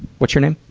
what's your name?